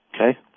okay